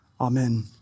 Amen